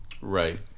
Right